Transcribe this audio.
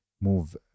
move